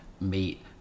meet